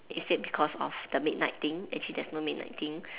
is it because of the midnight thing actually there's no midnight thing